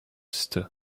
ste